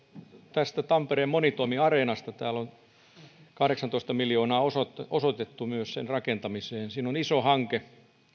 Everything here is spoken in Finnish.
tästä tampereen monitoimiareenasta täällä on kahdeksantoista miljoonaa osoitettu myös sen rakentamiseen siinä on iso hanke